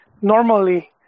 normally